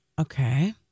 okay